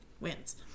wins